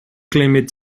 climate